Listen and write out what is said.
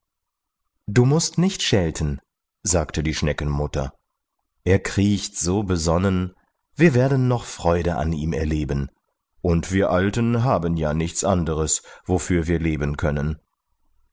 du mußt nicht schelten sagte die schneckenmutter er kriegt so besonnen wir werden noch freude an ihm erleben und wir alten haben ja nichts anderes wofür wir leben können